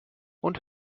und